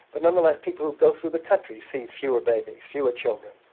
but nonetheless people who go through the countries see fewer babies, fewer children.